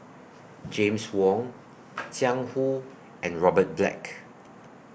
James Wong Jiang Hu and Robert Black